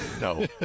No